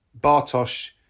Bartosz